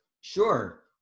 Sure